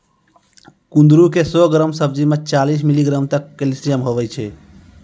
कुंदरू के सौ ग्राम सब्जी मे चालीस मिलीग्राम तक कैल्शियम हुवै छै